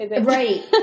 Right